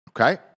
Okay